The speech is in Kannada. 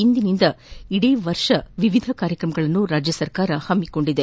ಇಂದಿನಿಂದ ಇಡೀ ವರ್ಷ ವಿವಿಧ ಕಾರ್ಯಕ್ರಮಗಳನ್ನು ರಾಜ್ಯ ಸರ್ಕಾರ ಹಮ್ನಿಕೊಂಡಿದೆ